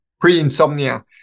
pre-insomnia